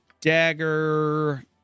Dagger